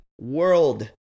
World